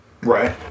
Right